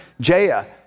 Jaya